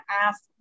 ask